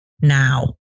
now